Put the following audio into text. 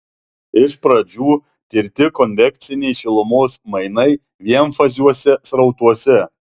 iš pradžių tirti konvekciniai šilumos mainai vienfaziuose srautuose